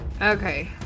Okay